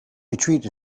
retreat